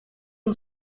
and